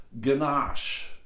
ganache